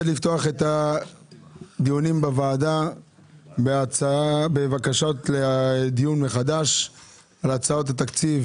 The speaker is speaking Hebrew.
לפתוח את הדיונים בוועדה בבקשות לדיון מחדש על הצעות התקציב